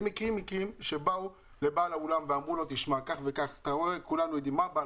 אני מכיר מקרים שבאו לבעל האולם ואמרו לו: אתה יודע מה קורה.